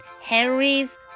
Henry's